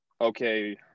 okay